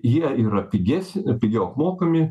jie yra piges pigiau apmokami